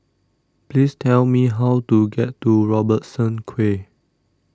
please tell me how to get to Robertson Quay